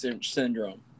syndrome